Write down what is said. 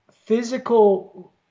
physical